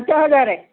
ପାଞ୍ଚ ହଜାର